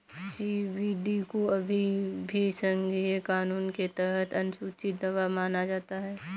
CBD को अभी भी संघीय कानून के तहत अनुसूची दवा माना जाता है